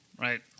Right